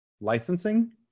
licensing